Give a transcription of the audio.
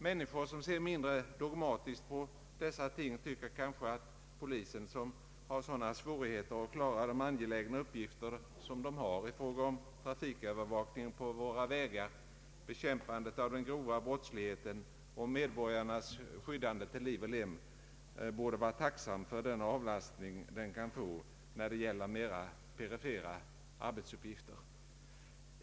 Människor som ser mindre dogmatiskt på dessa ting tycker kanske att polisen, som har sådana svårigheter att klara sina angelägna uppgifter i fråga om trafikövervakningen på våra vägar, bekämpandet av den grova brottsligheten och skyddande av medborgarna till liv och lem, borde vara tacksam för den avlastning den kan få när det gäller mer perifera uppgifter.